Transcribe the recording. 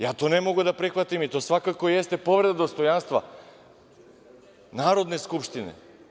Ja to ne mogu da prihvatim i to svakako jeste povreda dostojanstva Narodne skupštine.